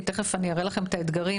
כי תכף אני אראה לכם את האתגרים.